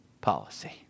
policy